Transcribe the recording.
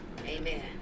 Amen